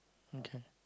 okay